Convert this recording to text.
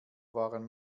waren